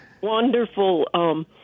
Wonderful